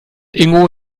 ingo